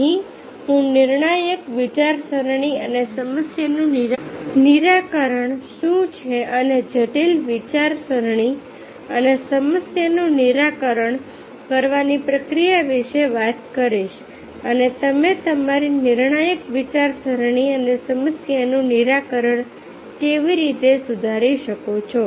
અહીં હું નિર્ણાયક વિચારસરણી અને સમસ્યાનું નિરાકરણ શું છે અને જટિલ વિચારસરણી અને સમસ્યાનું નિરાકરણ કરવાની પ્રક્રિયા વિશે વાત કરીશ અને તમે તમારી નિર્ણાયક વિચારસરણી અને સમસ્યાનું નિરાકરણ કેવી રીતે સુધારી શકો છો